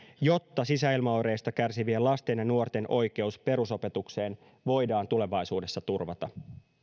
jotta sisäilmaoireista kärsivien lasten ja nuorten oikeus perusopetukseen voidaan tulevaisuudessa turvata